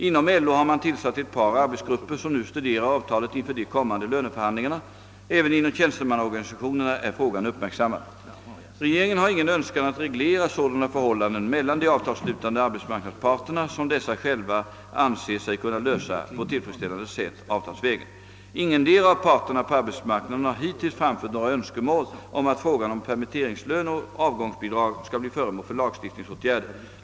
Inom LO har man tillsatt ett par arbetsgrupper som nu studerar avtalet inför de kommande löneförhandlingarna. Även inom tjänstemannaorganisationerna är frågan uppmärksammad. Regeringen har ingen önskan att reglera sådana förhållanden mellan de avtalsslutande = arbetsmarknadsparterna som dessa själva anser sig kunna lösa på tillfredsställande sätt avtalsvägen. Ingendera av parterna på arbetsmarknaden har hittills framfört några Önskemål om att frågan om permitteringslön och avgångsbidrag skall bli föremål för lagstiftningsåtgärder.